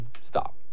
Stop